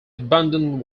abundant